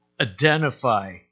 identify